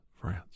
France